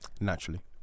naturally